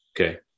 okay